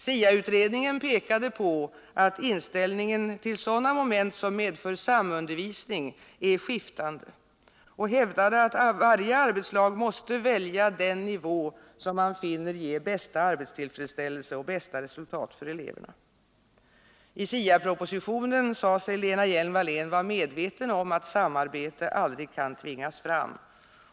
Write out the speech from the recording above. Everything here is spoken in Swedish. SIA-utredningen pekade på att inställningen till sådana moment som medför samundervisning är skiftande och hävdade att varje arbetslag måste välja den nivå som man finner ge bästa arbetstillfredsställelse och bästa resultat för eleverna. I SIA-propositionen sade sig Lena Hjelm-Wallén vara medveten om att samarbete aldrig kan tvingas fram.